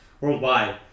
worldwide